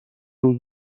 روز